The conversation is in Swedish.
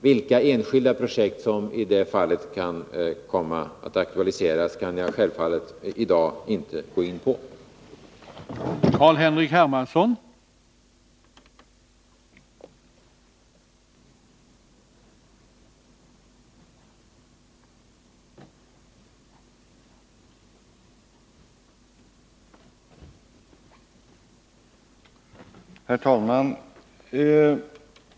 Vilka enskilda projekt som i det fallet kan komma att aktualiseras kan jag självfallet inte gå in på i dag.